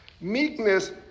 Meekness